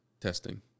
testing